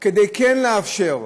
כן לאפשר,